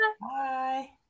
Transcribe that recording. Bye